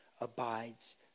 Abides